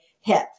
hip